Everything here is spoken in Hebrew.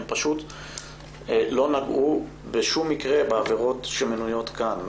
הם פשוט לא נגעו בשום אופן בעבירות שמנויות כאן.